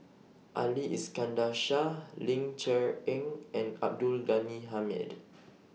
Ali Iskandar Shah Ling Cher Eng and Abdul Ghani Hamid